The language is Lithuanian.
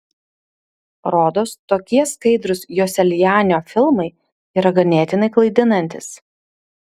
rodos tokie skaidrūs joselianio filmai yra ganėtinai klaidinantys